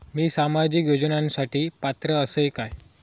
मी सामाजिक योजनांसाठी पात्र असय काय?